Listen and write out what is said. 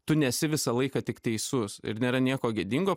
tu nesi visą laiką tik teisus ir nėra nieko gėdingo